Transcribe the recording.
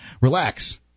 Relax